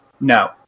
no